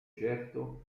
certo